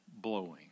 blowing